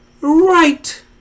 right